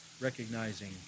recognizing